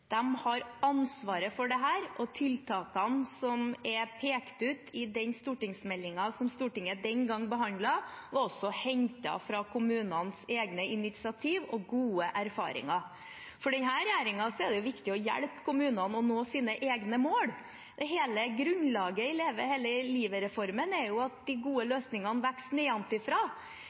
har ansvaret for dette, og tiltakene som er pekt ut i den stortingsmeldingen som Stortinget den gang behandlet, var hentet fra kommunenes egne initiativ og gode erfaringer. For denne regjeringen er det viktig å hjelpe kommunene med å nå sine egne mål. Hele grunnlaget i Leve hele livet-reformen er jo at de gode løsningene